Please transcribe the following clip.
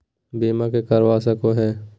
बीमा के करवा सको है?